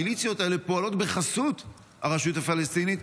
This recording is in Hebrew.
המליציות האלה פועלות בחסות הרשות הפלסטינית.